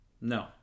No